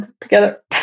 together